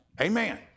Amen